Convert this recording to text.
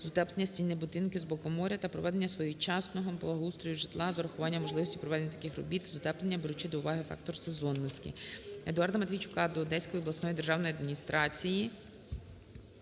з утеплення стіни будинку з боку моря та проведення своєчасного благоустрою житла з урахуванням можливості проведення таких робіт з утеплення, беручи до уваги фактор сезонності. Едуарда Матвійчука до Одеської обласної державної адміністрації,